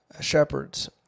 shepherds